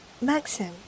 Maxim